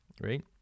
right